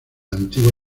antigua